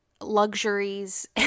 luxuries